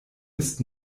ist